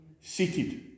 Seated